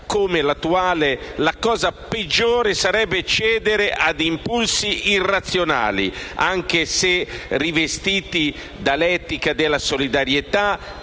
come quello attuale, la cosa peggiore sarebbe cedere ad impulsi irrazionali, anche se rivestiti dall'etica della solidarietà,